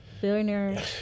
billionaire